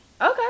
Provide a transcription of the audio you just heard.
Okay